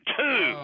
two